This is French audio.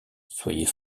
soyez